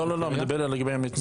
לא, לא, אני מדבר לגבי המתמחים.